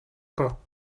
pas